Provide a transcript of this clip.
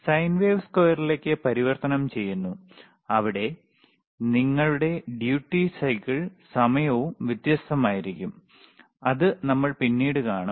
sign wave സ്ക്വയറിലേക്ക് പരിവർത്തനം ചെയ്യുന്നു അവിടെ നിങ്ങളുടെ ഡ്യൂട്ടി സൈക്കിൾ സമയവും വ്യത്യസ്തമായിരിക്കും അത് നമ്മൾ പിന്നീട് കാണും